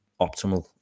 optimal